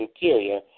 Interior